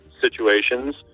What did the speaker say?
situations